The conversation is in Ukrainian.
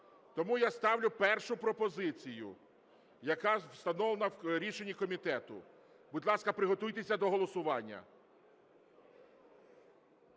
Тому я ставлю першу пропозицію, яка встановлена в рішенні комітету. Будь ласка, приготуйтеся до голосування.